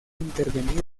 intervenir